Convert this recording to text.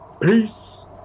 Peace